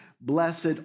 blessed